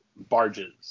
barges